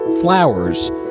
flowers